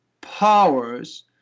powers